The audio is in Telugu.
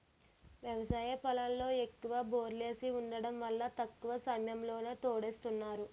వ్యవసాయ పొలంలో ఎక్కువ బోర్లేసి వుండటం వల్ల తక్కువ సమయంలోనే తోడేస్తున్నారు